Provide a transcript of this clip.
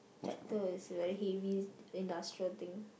tractor is very heavy industrial thing